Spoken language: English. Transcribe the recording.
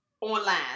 online